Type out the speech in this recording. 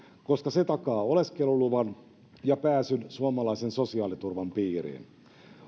koska se takaa oleskeluluvan ja pääsyn suomalaisen sosiaaliturvan piiriin